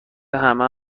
همه